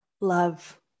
Love